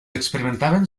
experimentaven